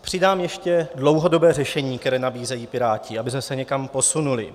Přidám ještě dlouhodobé řešení, které nabízejí Piráti, abychom se někam posunuli.